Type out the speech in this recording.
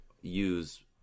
use